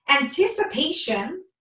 anticipation